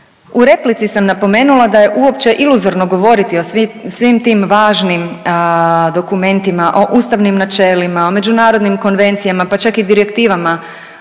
U replici sam napomenula da je uopće iluzorno govoriti o svim tim važnim dokumentima, o ustavnim načelnima, o međunarodnim konvencijama, pa čak i direktivama